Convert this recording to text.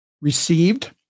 received